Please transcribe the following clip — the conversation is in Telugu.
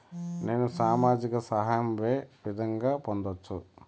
నేను సామాజిక సహాయం వే విధంగా పొందొచ్చు?